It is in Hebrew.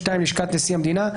(2) לשכת נשיא המדינה,